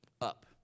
up